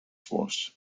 force